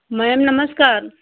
ma'am नमस्कार